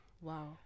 wow